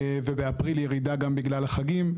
ובאפריל ירידה גם בגלל החגים.